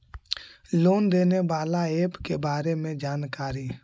Loan देने बाला app के बारे मे जानकारी?